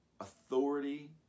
authority